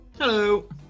Hello